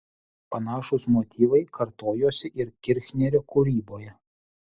panašūs motyvai kartojosi ir kirchnerio kūryboje